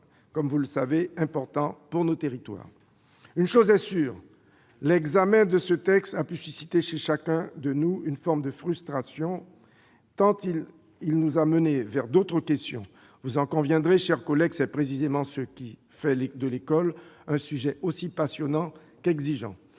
sujet éminemment important pour nos territoires. Une chose est sûre, l'examen de ce texte a pu susciter chez chacun de nous une forme de frustration, tant il nous a menés vers d'autres questions. Vous en conviendrez, mes chers collègues, c'est précisément ce qui fait de l'école un sujet aussi passionnant qu'exigeant.